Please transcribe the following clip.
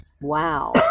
Wow